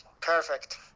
Perfect